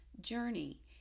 journey